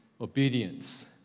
obedience